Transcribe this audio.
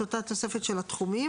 את אותה תוספת של התחומים,